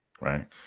right